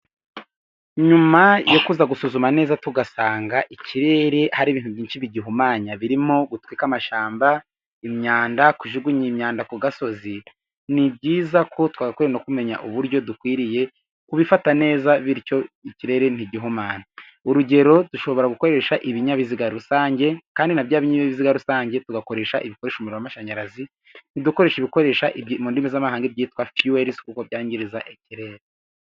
Nyuma yo kuza gusuzuma neza tugasanga ikirere hari ibintu byinshi bigihumanya, birimo gutwika amashyamba, imyanda, kujugunya imyanda ku gasozi, ni byiza ko twagakwiriye kumenya uburyo dukwiriye kubifata neza. Bityo ikirere ntigihumane. Urugero: dushobora gukoresha ibinyabiziga rusange kandi na bya binyabiziga rusange tugakoresha ibikoresha amashanyarazi ntidukoresha ibikoresha mu ndimi z'amahanga byitwa fuels, kuko byangiza ikirere.